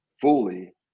fully